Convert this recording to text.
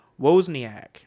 Wozniak